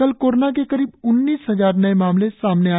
कल कोरोना के करीब उन्नीस हजार नये मामले सामने आए